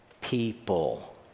people